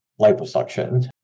liposuction